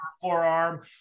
forearm